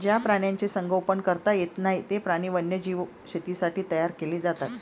ज्या प्राण्यांचे संगोपन करता येत नाही, ते प्राणी वन्यजीव शेतीसाठी तयार केले जातात